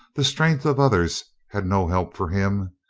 the strength of others had no help for him.